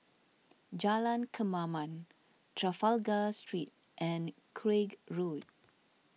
Jalan Kemaman Trafalgar Street and Craig Road